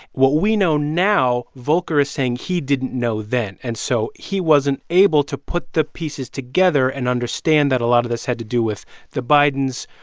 what we know now, volker is saying he didn't know then. and so he wasn't able to put the pieces together and understand that a lot of this had to do with the bidens,